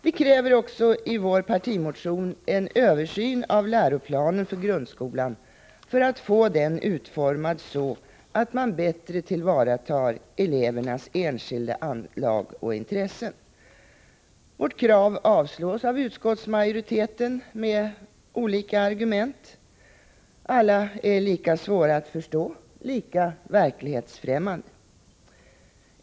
Vi kräver också i vår partimotion en översyn av läroplanen för grundskolan för att få denna utformad så att man bättre tillvaratar de enskilda elevernas anlag och intressen. Vårt krav avstyrks av utskottsmajoriteten med skiftande argument. Alla är lika svåra att förstå, lika verklighetsfrämmande.